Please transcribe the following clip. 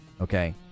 Okay